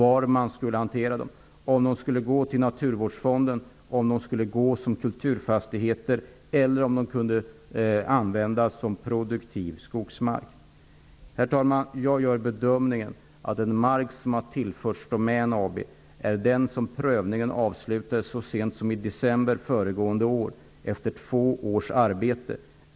Det gällde om fastigheterna skulle gå till Naturvårdsfonden, gå som kulturfastigheter eller om de kunde användas som produktiv skogsmark. Herr talman! Jag gör bedömningen att den mark som har tillförts Domän AB är den mark för vilken prövningen avslutades så sent som i december föregående år efter två års arbete.